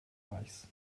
reichs